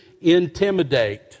intimidate